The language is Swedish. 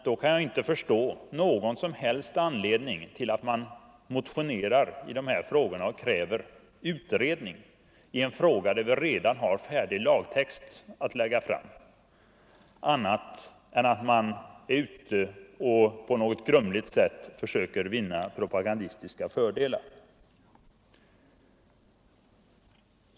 Jag kan inte förstå att det finns någon som helst anledning att motionera i dessa frågor och kräva utredning när det redan finns färdig lagtext att lägga fram, om man inte är ute efter att på något grumligt sätt vinna propagandistiska fördelar.